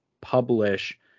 publish